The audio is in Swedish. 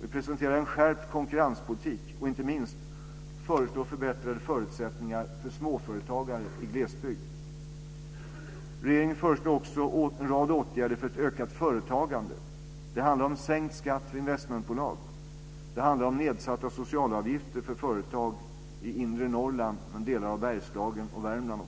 Vi presenterar en skärpt konkurrenspolitik, och inte minst föreslår vi förbättrade förutsättningar för småföretagare i glesbygd. Regeringen föreslår också en rad åtgärder för ett ökat företagande. Det handlar om sänkt skatt för investmentbolag. Det handlar om nedsatta socialavgifter för företag i inre Norrland, delar av Bergslagen och Värmland.